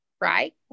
right